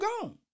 gone